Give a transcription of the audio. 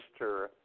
Mr